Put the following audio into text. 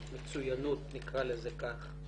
במצוינות, נקרא לזה כך,